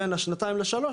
בין השנתיים לשלוש,